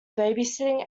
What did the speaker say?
babysitting